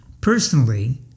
Personally